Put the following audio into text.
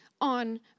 on